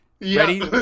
Ready